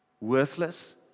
worthless